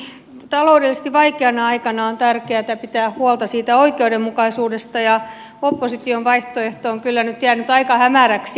erityisesti taloudellisesti vaikeana aikana on tärkeätä pitää huolta oikeudenmukaisuudesta ja opposition vaihtoehto on kyllä nyt jäänyt aika hämäräksi